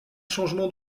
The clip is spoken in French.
changement